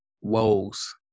woes